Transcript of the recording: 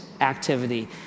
activity